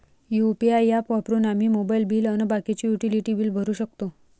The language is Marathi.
यू.पी.आय ॲप वापरून आम्ही मोबाईल बिल अन बाकीचे युटिलिटी बिल भरू शकतो